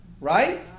right